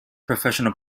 professional